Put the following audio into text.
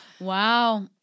Wow